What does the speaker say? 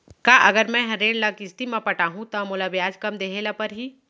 का अगर मैं हा ऋण ल किस्ती म पटाहूँ त मोला ब्याज कम देहे ल परही?